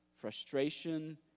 frustration